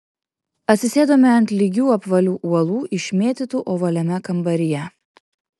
atsisėdome ant lygių apvalių uolų išmėtytų ovaliame kambaryje